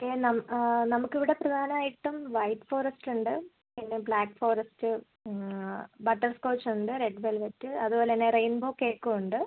okay നമുക്ക് ഇവിടെ പ്രധാനമായിട്ടും വൈറ്റ് ഫോറസ്റ്റ് ഉണ്ട് പിന്നെ ബ്ലാക്ക് ഫോറസ്റ്റ് ബട്ടർ സ്കോച്ച് ഉണ്ട് റെഡ് വെൽവെറ്റ് അത് പോലെന്നെ റെയിൻബോ കേക്കും ഉണ്ട്